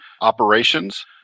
operations